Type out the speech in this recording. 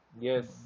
Yes